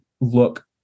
look